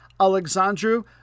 Alexandru